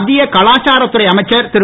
மத்திய கலாச்சாரத்துறை அமைச்சர் திரு